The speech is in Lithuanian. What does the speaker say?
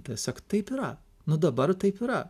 tiesiog taip yra nu dabar taip yra